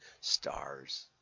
stars